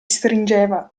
stringeva